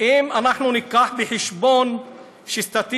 אם אנחנו נביא בחשבון שסטטיסטיקה,